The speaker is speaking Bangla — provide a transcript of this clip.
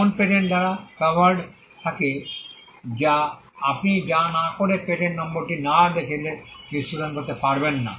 এমন পেটেন্ট দ্বারা কাভার্ড থাকে যা আপনি যা না করে পেটেন্ট নম্বরটি না দেখলে বিশ্লেষণ করতে পারবেন না